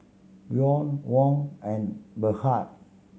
Yuan Won and Baht